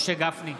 משה גפני,